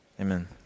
Amen